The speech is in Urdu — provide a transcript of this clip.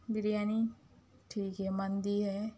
بریانی ٹھیک ہے مندی ہے